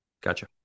Gotcha